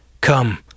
Come